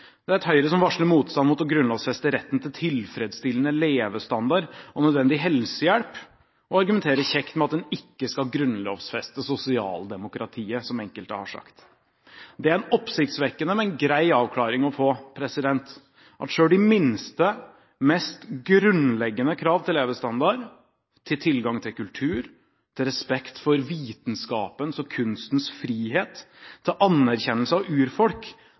Det er et Høyre som varsler motstand mot å grunnlovfeste retten til tilfredsstillende levestandard og nødvendig helsehjelp, og som argumenter kjekt med at en ikke skal «grunnlovfeste sosialdemokratiet», som enkelte har sagt. Det er en oppsiktsvekkende, men grei avklaring å få, at selv de minste, mest grunnleggende krav til levestandard, til tilgang til kultur, til respekt for vitenskapens og kunstens frihet, til anerkjennelse av urfolk